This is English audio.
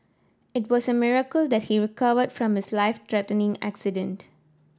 it was a miracle that he recovered from his life threatening accident